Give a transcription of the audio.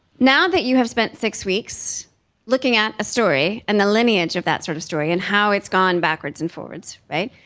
now that you have spent six weeks looking at a story and the lineage of that sort of story and how it's gone backwards and forwards, right?